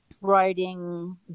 writing